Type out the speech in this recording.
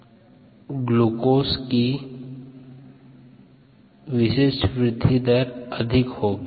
glucose की विशिष्ट वृद्धि दर लैक्टोज की विशिष्ट वृद्धि दर से अधिक होगी